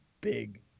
big